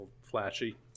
flashy